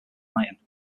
iron